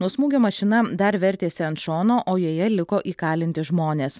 nuo smūgio mašina dar vertėsi ant šono o joje liko įkalinti žmonės